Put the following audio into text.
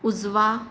उजवा